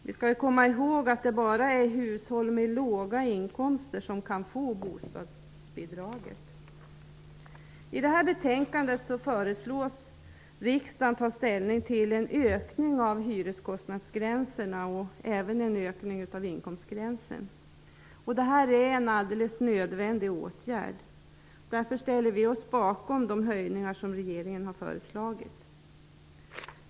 Vi skall komma ihåg att det bara är hushåll med låga inkomster som kan få bostadsbidrag. I betänkandet föreslås riksdagen ta ställning till förslag om en höjning av hyreskostnadsgränserna och även av inkomstgränsen. Detta är en alldeles nödvändig åtgärd. Därför ställer vi oss bakom de höjningar som riksdagen har föreslagit.